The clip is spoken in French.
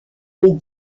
les